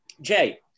Jay